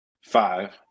Five